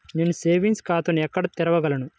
నేను సేవింగ్స్ ఖాతాను ఎక్కడ తెరవగలను?